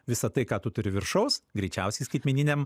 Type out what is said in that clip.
visa tai ką tu turi viršaus greičiausiai skaitmeniniam